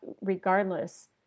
regardless